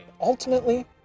Ultimately